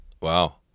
wow